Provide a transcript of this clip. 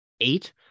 eight